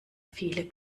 viele